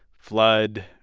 flood,